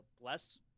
Bless